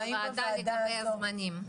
הוועדה תקבל זמנים.